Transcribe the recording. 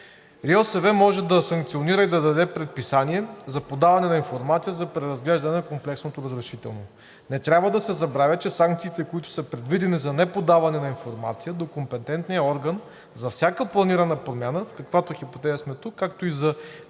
РИОСВ може да санкционира и да даде предписание за подаване на информация за преразглеждане на комплексното разрешително. Не трябва да се забравя, че санкциите, които са предвидени за неподаване на информация до компетентния орган за всяка планирана промяна, в каквато хипотеза сме тук, както и за